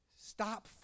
Stop